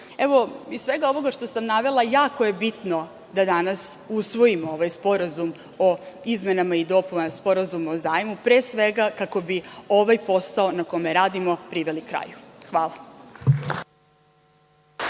narod. Iz svega ovoga što sam navela, jako je bitno da danas usvojimo ovaj sporazum o izmenama i dopunama Sporazuma o zajmu, pre svega kako bi ovaj posao na kome radimo priveli kraju. Hvala.